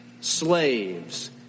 slaves